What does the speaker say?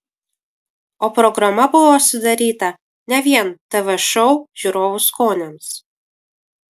o programa buvo sudaryta ne vien tv šou žiūrovų skoniams